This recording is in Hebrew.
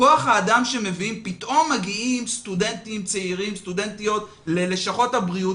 פתאום מביאים סטודנטים וסטודנטיות צעירים,